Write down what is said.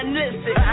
listen